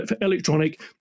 electronic